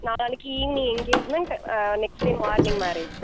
நாளான்னைக்கு evening engagement next day morning marriage